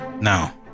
Now